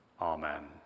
Amen